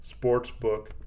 sportsbook